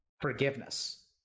forgiveness